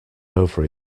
over